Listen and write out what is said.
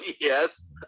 yes